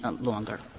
longer